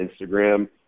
Instagram